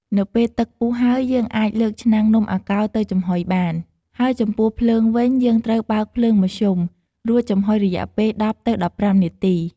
នៅពេលទឹកពុះហើយ យើងអាចលើកឆ្នាំងនំអាកោរទៅចំហុយបាន ហើយចំពោះភ្លើងវិញ យើងត្រូវបើកភ្លើងមធ្យម រួចចំហុយរយៈពេល ១០ ទៅ១៥នាទី។